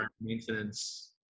maintenance